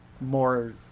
More